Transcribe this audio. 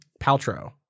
Paltrow